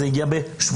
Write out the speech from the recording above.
זה הגיע בשבועיים.